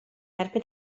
erbyn